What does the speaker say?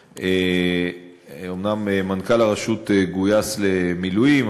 אומנם מנכ"ל הרשות גויס למילואים,